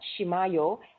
Shimayo